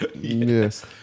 Yes